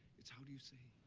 it's, how do you say,